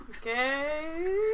Okay